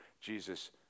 Jesus